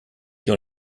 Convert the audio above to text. dans